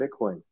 Bitcoin